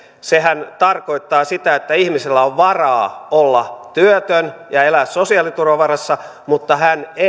sehän tarkoittaa sitä että ihmisellä on varaa olla työtön ja elää sosiaaliturvan varassa mutta